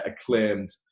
acclaimed